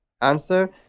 answer